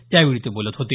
त्यावेळी ते बोलत होते